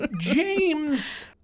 James